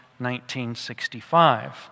1965